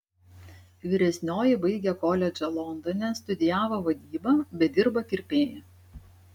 vyresnioji baigė koledžą londone studijavo vadybą bet dirba kirpėja